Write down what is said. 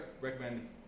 recommend